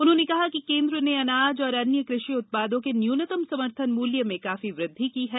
उन्होने कहा कि केन्द्र ने अनाज और अन्य कृषि उत्पादों के न्यूनतम समर्थन मूल्य में काफी वृद्धि की है